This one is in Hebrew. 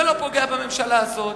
זה לא פוגע בממשלה הזאת.